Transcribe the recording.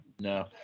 No